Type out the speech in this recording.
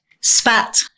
spat